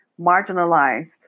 marginalized